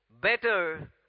better